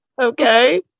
okay